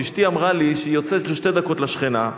כשאשתי אמרה לי שהיא יוצאת לשתי דקות לשכנה,